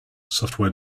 software